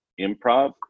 improv